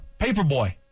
Paperboy